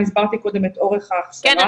אני הסברתי קודם את אורך ההכשרה --- כן,